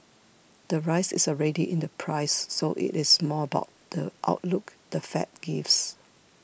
the rise is already in the price so it's more about the outlook the Fed gives